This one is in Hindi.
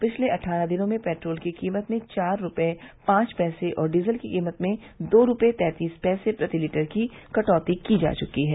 पिछले अट्ठारह दिनों में पेट्रोल की कीमत में चार रुपये पांच पैसे और डीजल की कीमत में दो रुपये तैंतीस पैसे प्रति लीटर की कटौती की जा चुकी है